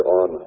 on